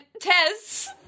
Tess